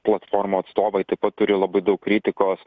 platformų atstovai taip pat turi labai daug kritikos